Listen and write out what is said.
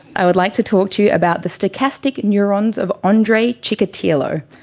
i would like to talk to you about the stochastic neurons of andrei chikatilo,